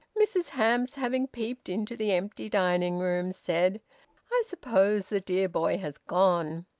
mrs hamps, having peeped into the empty dining-room, said i suppose the dear boy has gone,